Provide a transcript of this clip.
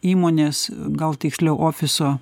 įmonės gal tiksliau ofiso